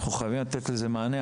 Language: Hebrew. אנחנו חייבים לתת לזה מענה,